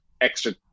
extra